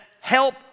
help